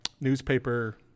newspaper